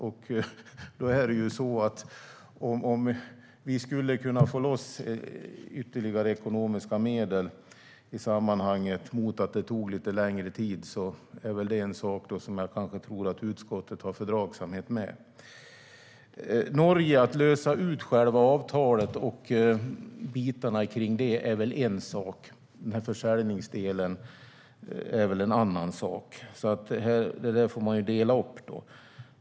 Om vi skulle kunna få loss ytterligare ekonomiska medel mot att det tar lite längre tid är det något jag tror att utskottet har fördragsamhet med. När det gäller Norge vill jag säga att detta att lösa ut själva avtalet och det som sammanhänger med det är en sak, men försäljningsdelen är en annan sak. Detta får man dela upp.